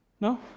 No